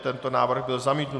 Tento návrh byl zamítnut.